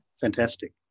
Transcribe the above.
fantastic